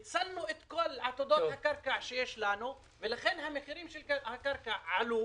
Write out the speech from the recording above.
ניצלנו את כל העתודות הקרקע שיש לנו ולכן מחירי הקרקעות עלו.